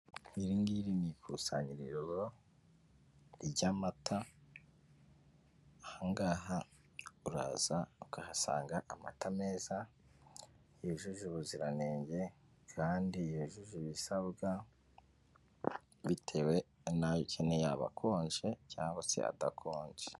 Iri ngiri ni ikusanyirizo ry'amata, aha ngaha uraza ukahasanga amata meza yujuje ubuziranenge kandi yujuje ibisabwa bitewe nayo ukeneye, yaba akonje cyangwa se adakonje.